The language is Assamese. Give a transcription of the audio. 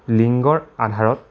লিংগৰ আধাৰত